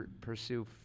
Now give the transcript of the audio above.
pursue